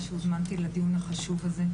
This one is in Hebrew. שהזמנתם אותי לדיון החשוב הזה.